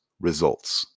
Results